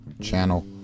channel